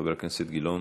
חבר הכנסת גילאון,